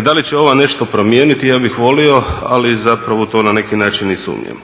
da li će ova nešto promijeniti, ja bih volio, ali zapravo to na neki način i sumnjam.